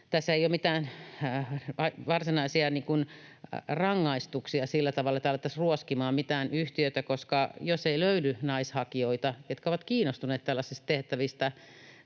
tässä ei ole mitään varsinaisia rangaistuksia sillä tavalla, että alettaisiin ruoskimaan mitään yhtiötä, koska jos ei löydy naishakijoita, jotka ovat kiinnostuneet tällaisista tehtävistä